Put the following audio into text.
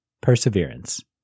perseverance